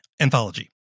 anthology